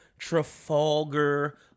Trafalgar